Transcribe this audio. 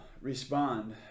respond